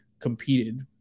competed